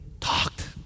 talked